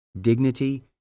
dignity